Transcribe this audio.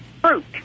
Fruit